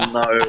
no